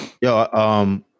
Yo